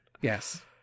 Yes